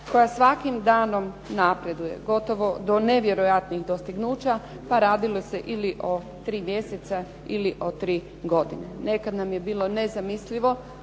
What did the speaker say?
koja svakim danom napreduje gotovo do nevjerojatnih dostignuća pa radilo se ili o tri mjeseca ili o tri godina. Nekad nam je bilo nezamislivo